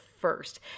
first